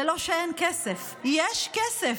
זה לא שאין כסף, יש כסף.